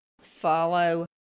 Follow